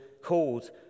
called